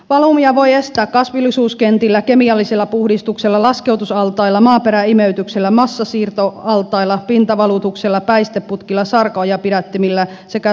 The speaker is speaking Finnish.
valumia voi estää kasvillisuuskentillä kemiallisella puhdistuksella laskeutusaltailla maaperäimeytyksellä massasiirtoaltailla pintavalutuksella päisteputkilla sarkaojapidättimillä sekä salaojituksilla